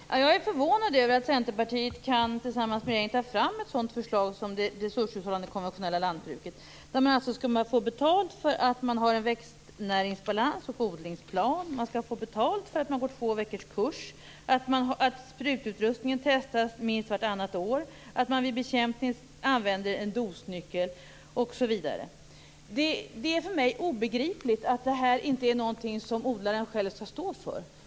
Fru talman! Jag är förvånad över att Centerpartiet tillsammans med regeringen kan ta fram ett sådant förslag som förslaget om det resurshushållande konventionella lantbruket, där man skall få betalt för att ha en växtnäringsbalans och odlingsplan. Man skall få betalt för att gå en tvåveckorskurs, för att sprututrustningen testas minst vartannat år, för att vid bekämpning använda en dosnyckel osv. Det är för mig obegripligt att odlaren själv inte skall stå för det här.